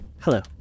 Hello